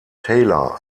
taylor